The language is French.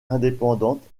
indépendante